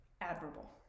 admirable